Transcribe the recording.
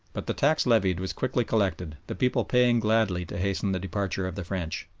but the tax levied was quickly collected, the people paying gladly to hasten the departure of the french.